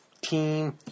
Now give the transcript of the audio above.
team